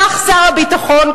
כך שר הביטחון,